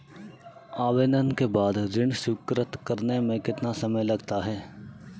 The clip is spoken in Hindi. आवेदन के बाद ऋण स्वीकृत करने में कितना समय लगता है?